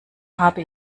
habe